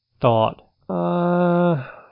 thought